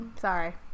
Sorry